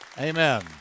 Amen